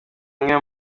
umwe